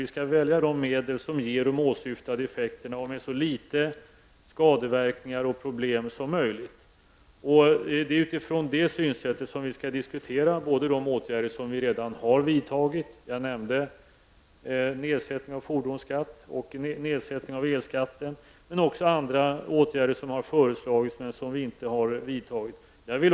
Vi skall välja de medel som ger de åsyftade effekterna med så litet av skadeverkningar och problem som möjligt. Det är med utgångspunkt i det synsättet som vi skall diskutera både de åtgärder som vi redan har vidtagit -- jag nämnde nedsättning av fordonsskatten och elskatten -- och även andra åtgärder som har föreslagits, men som vi inte har vidtagit.